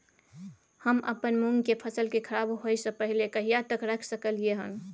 हम अपन मूंग के फसल के खराब होय स पहिले कहिया तक रख सकलिए हन?